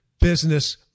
business